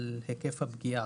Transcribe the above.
היקף הפגיעה.